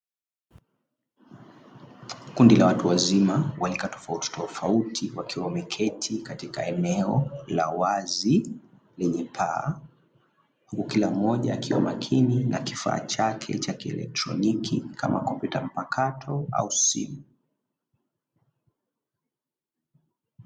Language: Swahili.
Kundi la watu wazima wa rika tofauti tofauti, wakiwa wameketi katika eneo lao la wazi lenye paa. Huku kila mmoja akiwa makini na kifaa chake cha kielektroniki kama kompyuta mpakato au simu.